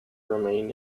remain